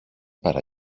παρά